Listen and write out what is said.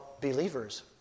believers